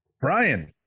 Brian